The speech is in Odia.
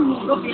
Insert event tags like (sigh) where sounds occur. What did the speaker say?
(unintelligible)